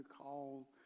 call